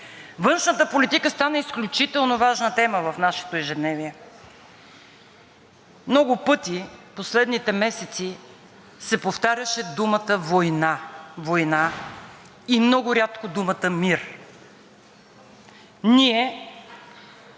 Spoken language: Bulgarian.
Външната политика стана изключително важна тема в нашето ежедневие. Много пъти в последните месеци се повтаряше думата „война“, „война“ и много рядко думата „мир“. Ние